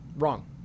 wrong